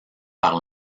par